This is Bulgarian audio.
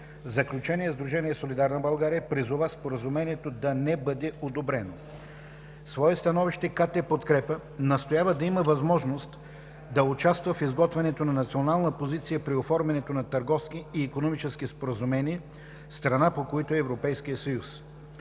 България“ призовава Споразумението да не бъде одобрено. В свое становище КТ „Подкрепа“ настоява да има възможност да участва в изготвянето на национална позиция при оформянето на търговски и икономически споразумения, страна по които е Европейският съюз.